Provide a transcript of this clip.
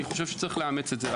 ולדעתי צריך לאמץ את זה.